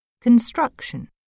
Construction